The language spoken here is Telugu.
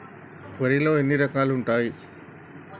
వరిలో ఎన్ని రకాలు ఉంటాయి?